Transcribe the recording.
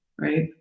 Right